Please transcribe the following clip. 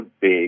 big